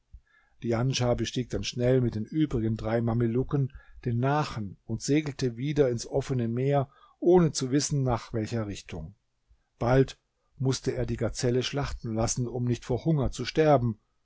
djanschah bestieg dann schnell mit den übrigen drei mamelucken den nachen und segelte wieder ins offene meer ohne zu wissen nach welcher richtung bald mußte er die gazelle schlachten lassen um nicht vor hunger zu sterben